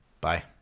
Bye